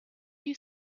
you